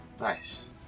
nice